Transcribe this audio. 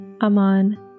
Aman